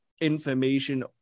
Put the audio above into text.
information